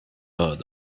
out